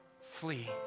flee